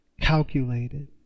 calculated